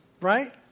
Right